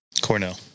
Cornell